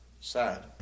Sad